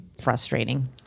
frustrating